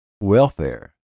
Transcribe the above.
welfare